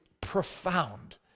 profound